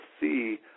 see